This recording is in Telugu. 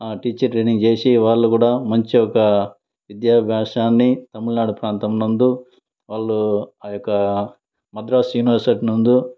టీచర్ ట్రైనింగ్ చేసి వాళ్ళు కూడ మంచి ఒక విద్యాభ్యాసాన్ని తమిళనాడు ప్రాంతం నందు వాళ్ళు ఆ యొక్క మద్రాస్ యూనివర్సిటీ నందు